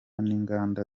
n’ingamba